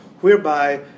whereby